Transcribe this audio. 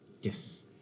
Yes